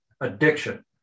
addiction